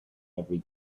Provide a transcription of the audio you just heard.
every